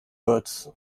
words